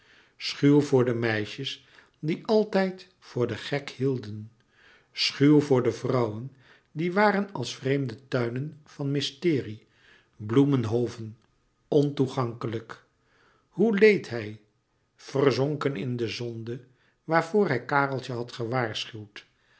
voor de meisjes die altijd voor den gek hielden schuw voor de vrouwen die waren als vreemde tuinen van mysterie bloemhoven ontoegankelijk hoe leed hij verzonken in de zonde waarvoor hij kareltje had gewaarschuwd